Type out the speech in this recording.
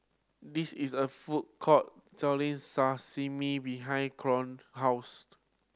this is a food court selling Sashimi behind Cohen house